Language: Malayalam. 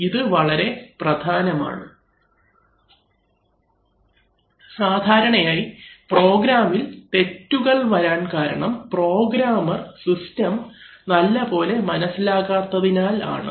ഇത് വളരെ പ്രധാനമാണ് സാധാരണയായി പ്രോഗ്രാമിൽ തെറ്റുകൾ വരാൻ കാരണം പ്രോഗ്രാമർ സിസ്റ്റം നല്ലപോലെ മനസ്സിലാകാത്ത തിനാൽ ആണ്